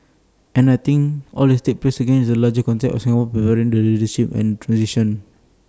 and I think all this takes place again in that larger context of Singapore preparing for its leadership and transition